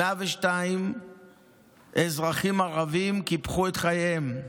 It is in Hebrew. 102 אזרחים ערבים קיפחו את חייהם.